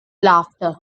laughter